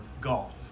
golf